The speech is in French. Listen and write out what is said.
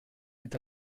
est